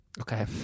okay